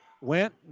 went